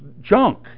junk